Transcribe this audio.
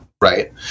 right